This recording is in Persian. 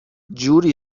جوری